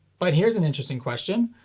but here's an interesting question.